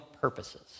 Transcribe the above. purposes